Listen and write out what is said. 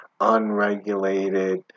unregulated